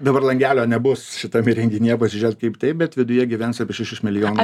dabar langelio nebus šitam įrenginyje pasižiūrėt kaip taip bet viduje gyvens apie šešis milijonus